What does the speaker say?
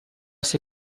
ser